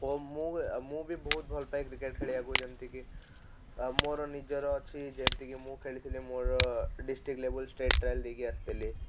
ଓ ମୁଁ ବି ମୁଁ ବି ବହୁତ ଭଲପାଏ କ୍ରିକେଟ ଖେଳିବାକୁ ଯେମିତିକି ଆଉ ମୋର ନିଜର ଅଛି ଯେମିତିକି ମୁଁ ଖେଳିଥିଲି ମୋର ଡିଷ୍ଟିକ ଲେବଲ ଷ୍ଟେଟ୍ ଟ୍ରାଏଲ ଦେଇକି ଆସିଥିଲି